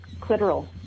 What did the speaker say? clitoral